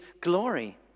glory